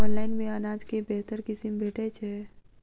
Online मे अनाज केँ बेहतर किसिम भेटय छै?